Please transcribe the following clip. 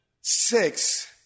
Six